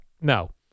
No